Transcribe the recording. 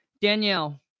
Danielle